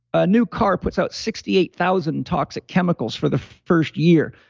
ah new car puts out sixty eight thousand toxic chemicals for the first year.